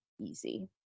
easy